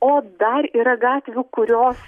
o dar yra gatvių kurios